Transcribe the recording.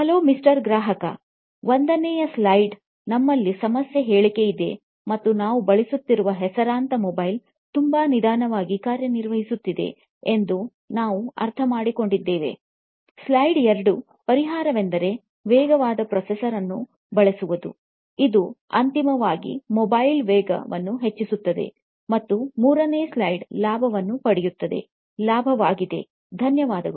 hello mister ಗ್ರಾಹಕ ಒಂದನೆಯ slide ನಮ್ಮಲ್ಲಿ ಸಮಸ್ಯೆ ಹೇಳಿಕೆಯಿದೆ ಮತ್ತು ನೀವು ಬಳಸುತ್ತಿರುವ ಹೆಸರಾಂತ ಮೊಬೈಲ್ ತುಂಬಾ ನಿಧಾನವಾಗಿ ಕಾರ್ಯನಿರ್ವಹಿಸುತ್ತಿದೆ ಎಂದು ನಾವು ಅರ್ಥಮಾಡಿಕೊಂಡಿದ್ದೇವೆ ಸ್ಲೈಡ್ ಎರಡು ಪರಿಹಾರವೆಂದರೆ ವೇಗವಾದ ಪ್ರೊಸೆಸರ್ ಅನ್ನು ಬಳಸುವುದು ಇದು ಅಂತಿಮವಾಗಿ ಮೊಬೈಲ್ ವೇಗವನ್ನು ಹೆಚ್ಚಿಸುತ್ತದೆ ಮತ್ತು ಮೂರನೇ ಸ್ಲೈಡ್ ಲಾಭವನ್ನು ಪಡೆಯುತ್ತದೆ ಲಾಭವಾಗಿದೆ ಧನ್ಯವಾದಗಳು